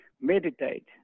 meditate